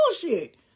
bullshit